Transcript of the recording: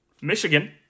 michigan